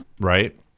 right